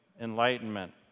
enlightenment